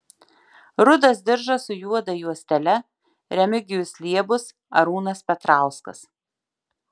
rudas diržas su juoda juostele remigijus liebus arūnas petrauskas